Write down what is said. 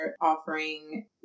offering